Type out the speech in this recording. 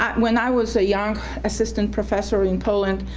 when i was a young assistant professor in poland,